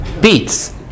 beets